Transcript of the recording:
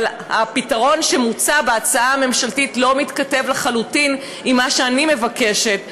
אבל הפתרון שמוצע בהצעה הממשלתית לא מתכתב לחלוטין עם מה שאני מבקשת,